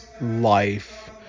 life